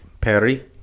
Perry